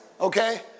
Okay